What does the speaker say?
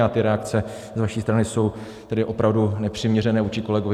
A ty reakce z vaší strany jsou opravdu nepřiměřené vůči kolegovi.